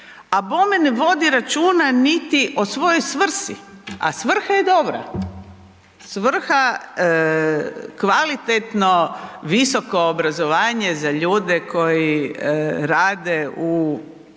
a bome ne vodi računa niti o svojoj svrsi, a svrha je dobra. Svrha kvalitetno visoko obrazovanje za ljude koji rade u